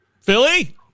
Philly